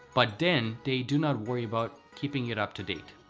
but then they do not worry about keeping it up to date.